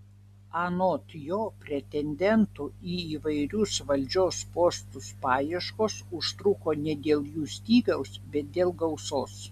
anot jo pretendentų į įvairius valdžios postus paieškos užtruko ne dėl jų stygiaus bet dėl gausos